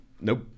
Nope